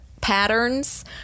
patterns